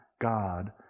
God